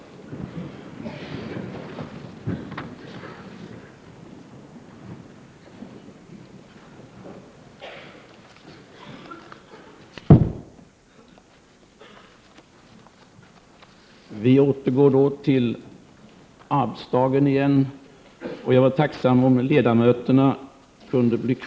Vi tackar dem.